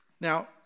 Now